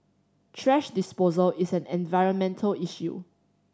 thrash disposal is an environmental issue